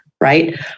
right